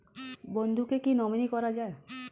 বন্ধুকে কী নমিনি করা যায়?